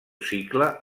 cicle